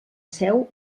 seu